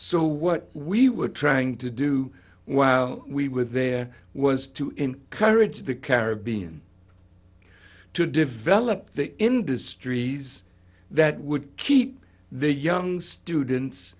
so what we were trying to do while we were there was to encourage the caribbean to develop the industries that would keep the young students